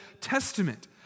Testament